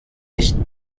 nicht